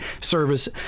service